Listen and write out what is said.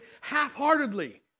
half-heartedly